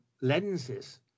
lenses